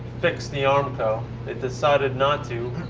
fix the armco. they decided not to.